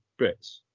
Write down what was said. Brits